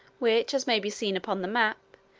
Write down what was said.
which, as may be seen upon the map,